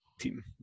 team